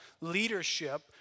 leadership